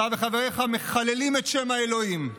אתה וחבריך מחללים את שם האלוהים.